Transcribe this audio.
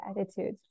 attitude